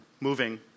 moving